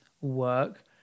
work